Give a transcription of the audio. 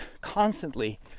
constantly